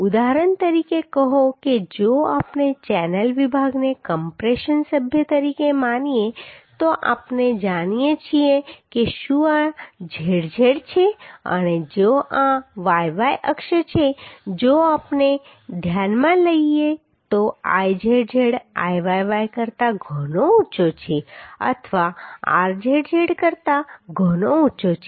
ઉદાહરણ તરીકે કહો કે જો આપણે ચેનલ વિભાગને કમ્પ્રેશન સભ્ય તરીકે માનીએ તો આપણે જાણીએ છીએ કે શું આ zz છે અને જો આ yy અક્ષ છે જો આપણે ધ્યાનમાં લઈએ તો Izz Iyy કરતાં ઘણો ઊંચો છે અથવા rzz કરતાં ઘણો ઊંચો છે